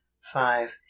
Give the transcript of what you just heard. five